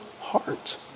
heart